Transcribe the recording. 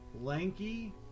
lanky